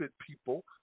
people